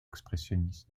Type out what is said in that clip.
expressionniste